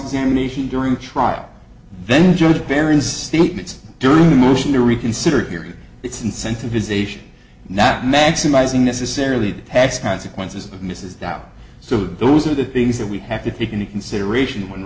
examination during the trial then joint appearance statements during the motion to reconsider hearing its incentivization not maximizing necessarily the tax consequences of mrs doubt so those are the things that we have to fit into consideration when